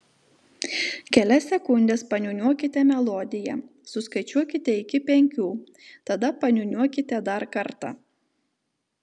kelias sekundes paniūniuokite melodiją suskaičiuokite iki penkių tada paniūniuokite dar kartą